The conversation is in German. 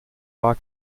war